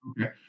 Okay